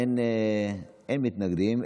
אין מתנגדים.